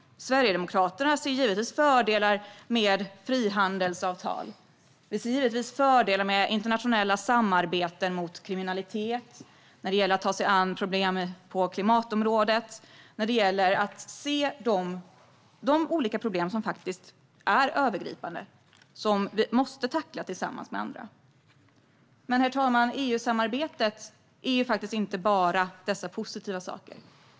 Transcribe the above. Sverigedemokraterna ser givetvis fördelar med frihandelsavtal, internationella samarbeten mot kriminalitet, att man tar sig an problem på klimatområdet och att man ser de olika problem som är övergripande och som måste tacklas tillsammans med andra. Herr talman! EU-samarbetet är faktiskt inte bara dessa positiva saker.